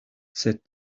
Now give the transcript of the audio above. sed